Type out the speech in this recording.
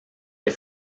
les